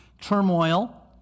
turmoil